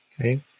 Okay